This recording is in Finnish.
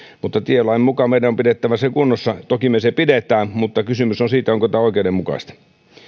mutta tielain mukaan meidän on pidettävä se kunnossa toki me sen pidämme mutta kysymys on siitä onko tämä oikeudenmukaista